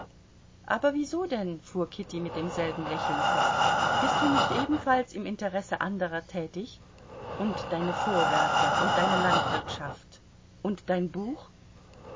aber wieso denn fuhr kitty mit demselben lächeln fort bist du nicht ebenfalls im interesse anderer tätig und deine vorwerke und deine landwirtschaft und dein buch